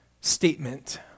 statement